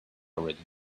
already